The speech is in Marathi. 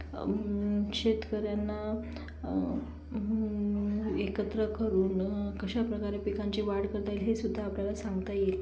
शेतकऱ्यांना एकत्र करून कशाप्रकारे पिकांची वाढ करता येईल हे सुद्धा आपल्याला सांगता येईल